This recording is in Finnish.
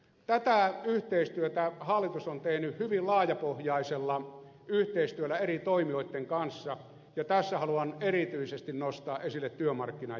tätä yhteistyötä hallitus on tehnyt hyvin laajapohjaisella yhteistyöllä eri toimijoitten kanssa ja tässä haluan erityisesti nostaa esille työmarkkinajärjestöt